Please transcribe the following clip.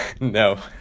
No